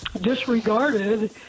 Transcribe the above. disregarded